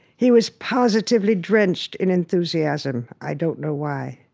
he was positively drenched in enthusiasm, i don't know why.